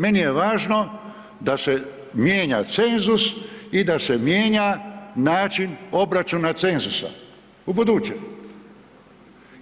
Meni je važno da se mijenja cenzus i da se mijenja način obračuna cenzusa ubuduće